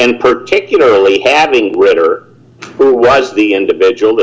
and particularly having writter who was the individual